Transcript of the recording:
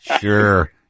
Sure